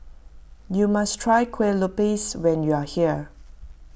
you must try Kuih Lopes when you are here